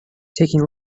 taking